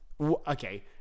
Okay